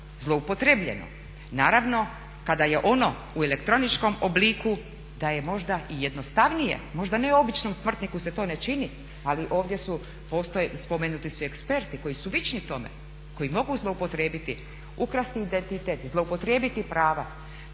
zloupotrebljeno? Naravno kada je ono u elektroničkom obliku da je možda i jednostavnije, možda ne običnom smrtniku se to ne čini, ali ovdje su spomenuti eksperti koji su vični tome, koji mogu zloupotrijebiti, ukrasti identitet, zloupotrijebiti pravo.